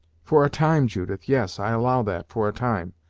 for a time, judith yes, i allow that, for a time.